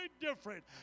different